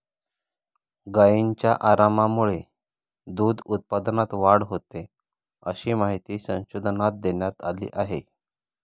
गायींच्या आरामामुळे दूध उत्पादनात वाढ होते, अशी माहिती संशोधनात देण्यात आली आहे